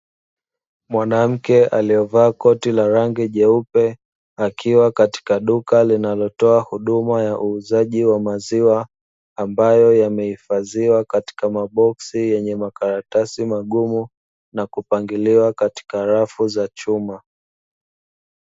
Mwanamke aliyevaa koti la rangi jeupe, akiwa katika duka linalotoa huduma ya uuzaji wa maziwa ambayo yamehifadhiwa katika boksi yenye makaratasi magumu na kupangiliwa katika rafu za chuma.